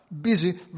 busy